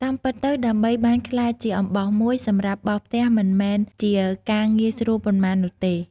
តាមពិតទៅ ដើម្បីបានក្លាយជាអំបោសមួយ សម្រាប់បោសផ្ទះមិនមែនជាការងាយស្រួលប៉ុន្មាននោះទេ។